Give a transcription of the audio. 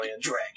Dragon